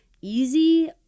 easy